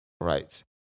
right